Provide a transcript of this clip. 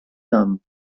namen